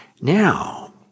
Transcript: Now